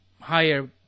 higher